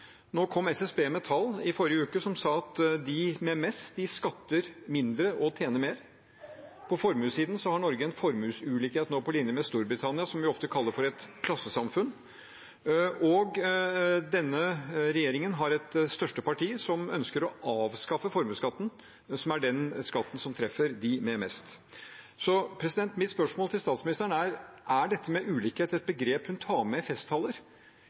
nå en formuesulikhet på linje med Storbritannia, som vi ofte kaller et klassesamfunn. Det største partiet i denne regjeringen ønsker å avskaffe formuesskatten, som er den skatten som treffer dem med mest. Så mitt spørsmål til statsministeren er: Er dette med ulikhet et begrep hun tar med i festtaler?